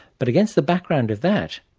but against the background of that,